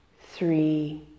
three